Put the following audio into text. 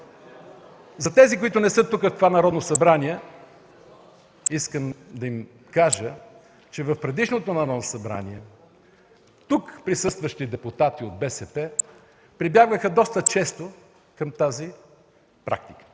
За тези, които не са тук, в това Народно събрание, искам да им кажа, че в предишното Народно събрание, тук присъстващи депутати от БСП прибягваха доста често към тази практика.